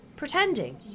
pretending